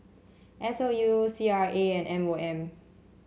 S O U C R A and M O M